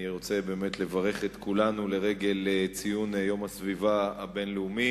אני רוצה באמת לברך את כולנו לרגל ציון יום הסביבה הבין-לאומי,